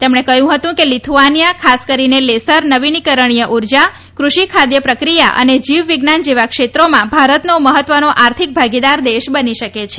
તેમણે કહ્યું હતું કે લિથુઆનીયા ખાસ કરીને લેસર નવીનીકરણીય ઉર્જા કૃષિ ખાદ્ય પ્રક્રિયા અને જીવ વિજ્ઞાન જેવા ક્ષેત્રોમાં ભારતનો મહત્વનો આર્થિક ભાગીદાર દેશ બની શકે છે